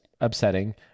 upsetting